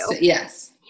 Yes